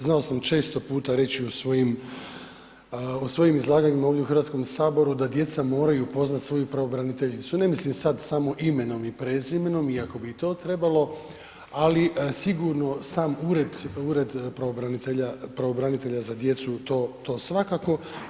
Znao sam često puta reći u svojim izlaganjima ovdje u Hrvatskom saboru da djeca moraju upoznati svoju pravobraniteljicu, ne mislim sad samo imenom i prezimenom iako bi i to trebalo ali sigurno sam ured pravobranitelja za djecu to svakako.